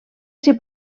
s’hi